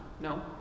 no